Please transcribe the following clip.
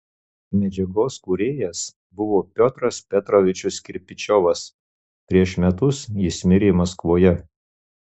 medžiagos kūrėjas buvo piotras petrovičius kirpičiovas prieš metus jis mirė maskvoje